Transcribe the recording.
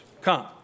come